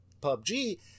PUBG